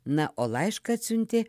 na o laišką atsiuntė